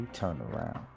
Turnaround